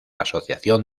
asociación